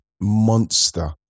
monster